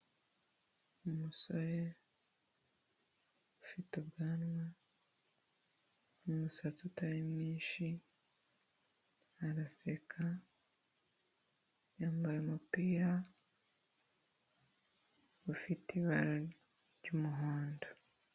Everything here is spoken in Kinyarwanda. Umusore ufite ubwanwa, umusatsi utari mwinshi, araseka, yambaye umupira ufite ibara ry'umuhondo.